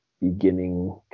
beginning